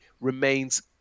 remains